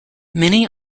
many